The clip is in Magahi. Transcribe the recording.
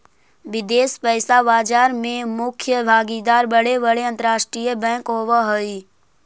विदेश पइसा बाजार में मुख्य भागीदार बड़े बड़े अंतरराष्ट्रीय बैंक होवऽ हई